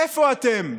איפה אתם?